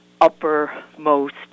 uppermost